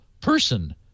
person